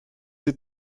die